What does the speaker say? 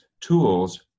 tools